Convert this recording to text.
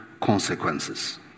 consequences